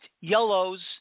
yellows